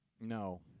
No